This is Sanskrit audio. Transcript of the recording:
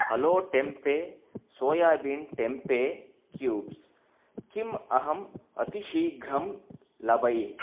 hello tempeh soybean tempeh cubes किम् अहं अतिशीघ्रं लभै